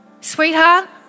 Sweetheart